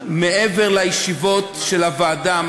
מעבר לישיבות של הוועדה,